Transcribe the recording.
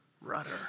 rudder